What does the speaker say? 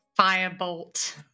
Firebolt